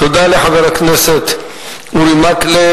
תודה לחבר הכנסת אורי מקלב.